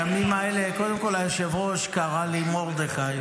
קודם כול, היושב-ראש קרא לי מרדכי.